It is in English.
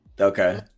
okay